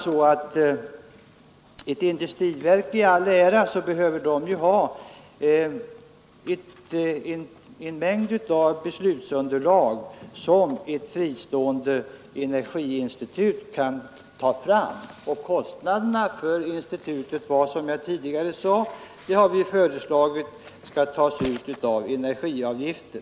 Som jag tidigare sade har vi föreslagit att kostnaderna för institutet Jag anser att denna fråga är utomordentligt viktig, och jag finner det alldeles säkert att den kommer att få ytterligare aktualitet längre fram i skall tas ut genom energiavgifter.